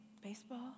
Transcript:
baseball